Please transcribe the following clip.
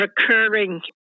recurring